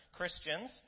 Christians